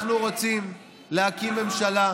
אנחנו רוצים להקים ממשלה,